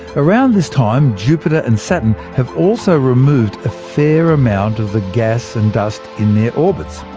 around this time, jupiter and saturn have also removed a fair amount of the gas and dust in their orbits.